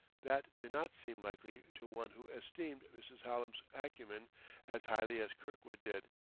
that did not seem likely to one who esteemed mrs. hallam's acumen as highly as kirkwood did.